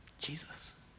Jesus